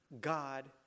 God